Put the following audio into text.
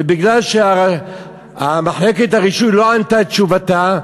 ומכיוון שמחלקת הרישוי לא ענתה את תשובתה בהתאם,